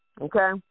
Okay